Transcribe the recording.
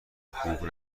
خوب